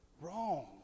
wrong